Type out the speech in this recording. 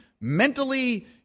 mentally